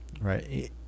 right